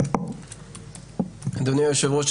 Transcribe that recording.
אדוני היושב-ראש,